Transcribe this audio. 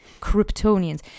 Kryptonians